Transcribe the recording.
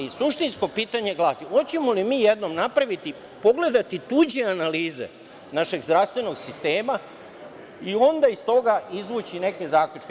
Suštinsko pitanje glasi, hoćemo li mi jednom napraviti, pogledati tuđe analize našeg zdravstvenog sistema i onda iz toga izvući neki zaključke.